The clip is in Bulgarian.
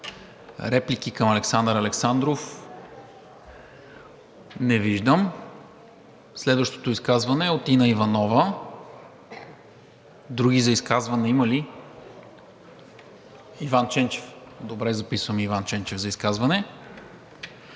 Реплики към Александър Александров? Не виждам. Следващото изказване е от Инна Иванова. Други за изказване има ли? Записвам Иван Ченчев за изказване.